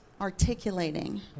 articulating